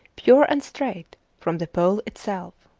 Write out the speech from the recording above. pure and straight from the pole itself.